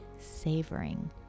savoring